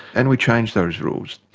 and we changed those rules.